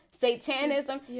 satanism